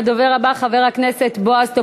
הדובר הבא, חבר הכנסת בועז טופורובסקי.